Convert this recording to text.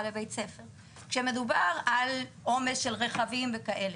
לבית ספר כשמדובר על עומס של רכבים וכאלה.